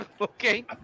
Okay